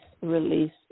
release